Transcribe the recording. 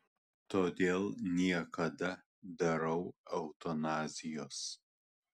todėl niekada darau eutanazijos